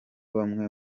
bamwe